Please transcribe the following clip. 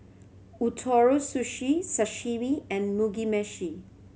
Ootoro Sushi Sashimi and Mugi Meshi